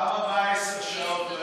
בפעם הבאה עשר שעות.